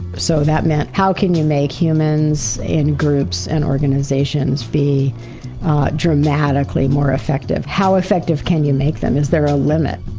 so that meant, how can you make humans and groups and organizations be dramatically more effective? how effective can you make them? is there a limit?